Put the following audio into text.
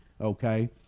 okay